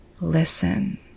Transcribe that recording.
listen